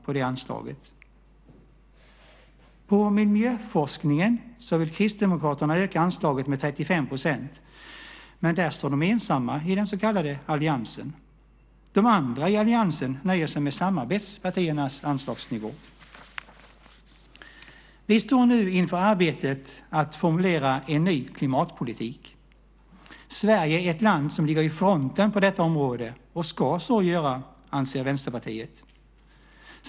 På miljöforskningen vill Kristdemokraterna öka anslaget med 35 %, men där står de ensamma i den så kallade alliansen. De andra i alliansen nöjer sig med samarbetspartiernas anslagsnivå. Vi står nu inför arbetet att formulera en ny klimatpolitik. Sverige ligger i fronten på detta område, och ska så göra, anser Vänsterpartiet.